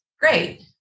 great